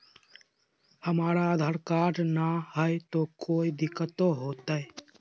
हमरा आधार कार्ड न हय, तो कोइ दिकतो हो तय?